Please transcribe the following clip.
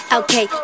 okay